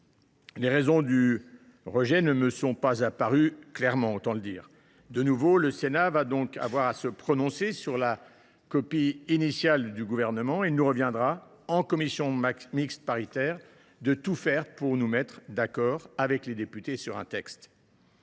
Les raisons du rejet ne me sont pas apparues clairement, autant le dire. De nouveau, le Sénat va donc avoir à se prononcer sur la copie initiale du Gouvernement et il nous reviendra, en commission mixte paritaire, de tout faire pour nous mettre d’accord avec les députés sur un texte